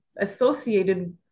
associated